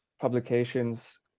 publications